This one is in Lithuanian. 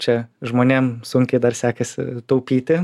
čia žmonėm sunkiai dar sekasi taupyti